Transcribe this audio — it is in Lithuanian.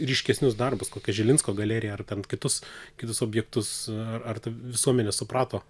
ryškesnius darbus kokią žilinsko galeriją ar ten kitus kitus objektus ar visuomenė suprato